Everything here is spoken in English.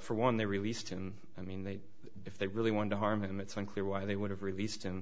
for one they released and i mean that if they really wanted to harm him it's unclear why they would have released and